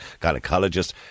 gynecologist